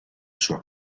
sua